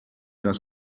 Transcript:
das